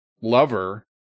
lover